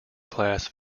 class